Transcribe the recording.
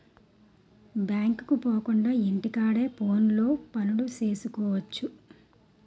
బ్యాంకుకు పోకుండా ఇంటి కాడే ఫోనులో పనులు సేసుకువచ్చు